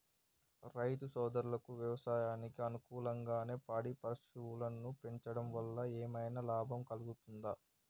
రైతు సోదరులు వ్యవసాయానికి అనుకూలంగా పాడి పశువులను పెంచడం వల్ల ఏమన్నా లాభం కలుగుతదా?